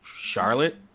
Charlotte